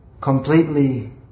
completely